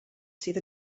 sydd